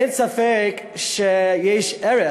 אין ספק שיש ערך